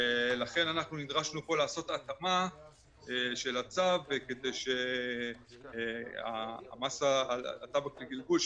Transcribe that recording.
נדרשנו לעשות התאמה של הצו כך שהמס על הטבק לגלגול,